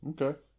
Okay